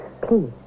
Please